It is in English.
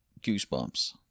goosebumps